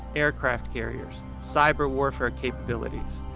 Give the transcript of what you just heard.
aircraft carriers, cyber warfare capabilities,